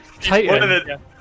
Titan